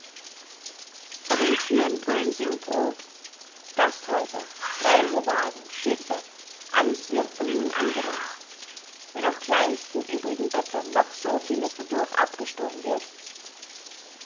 vor den thüren brüllen sie um brod gasthäuser reisewagen schiffe alles wird von ihnen angeranzt wenn auch gleich den übrigen bettlern noch so vieles dadurch abgestohlen wird